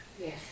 Yes